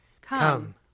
Come